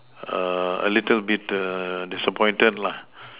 err a little bit err disappointed lah